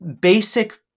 basic